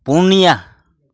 ᱯᱩᱱᱭᱟ